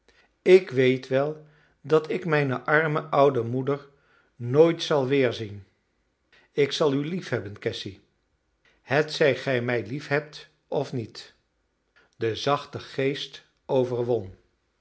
ik weet wel dat ik mijne arme oude moeder nooit zal weerzien ik zal u liefhebben cassy hetzij gij mij lief hebt of niet de zachte geest overwon